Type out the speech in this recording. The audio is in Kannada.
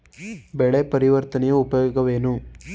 ಬೆಳೆ ಪರಿವರ್ತನೆಯ ಉಪಯೋಗವೇನು?